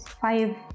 five